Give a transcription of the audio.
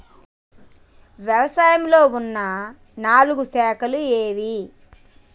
వ్యవసాయంలో ఉన్న నాలుగు శాఖలు ఏవి?